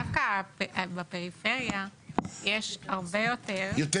דווקא בפריפריה יש הרבה יותר --- יותר